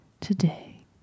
today